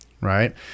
right